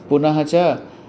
पुनः च